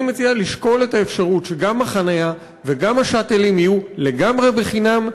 אני מציע לשקול את האפשרות שגם החניה וגם ה"שאטלים" יהיו לגמרי בחינם,